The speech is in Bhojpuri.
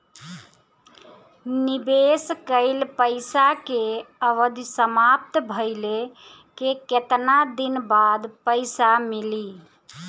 निवेश कइल पइसा के अवधि समाप्त भइले के केतना दिन बाद पइसा मिली?